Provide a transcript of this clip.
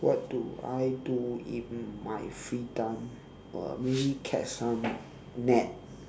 what do I do in my free time uh maybe catch some nap